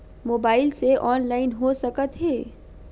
Mobile से online हो सकत हे?